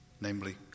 namely